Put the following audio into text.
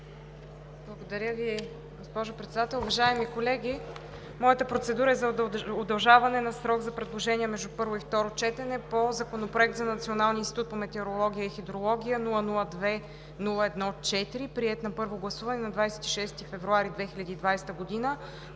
Благодаря Ви, госпожо Председател. Уважаеми колеги, моята процедура е за удължаване на срока за предложения между първо и второ четене по Законопроекта за Националния институт по метеорология и хидрология, № 002-01-4, приет на първо гласуване на 26 февруари 2020 г.